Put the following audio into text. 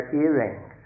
earrings